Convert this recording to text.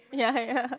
ya ya